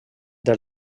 del